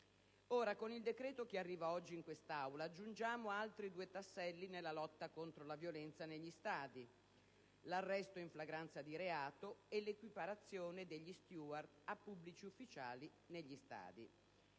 Ora, con il decreto che arriva oggi in Aula, aggiungiamo altri due tasselli nella lotta contro la violenza negli stadi: l'arresto in flagranza di reato e l'equiparazione degli *steward* a pubblici ufficiali negli stadi.